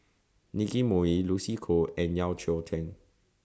Nicky Moey Lucy Koh and Yeo Cheow Tong